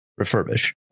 refurbish